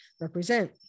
represent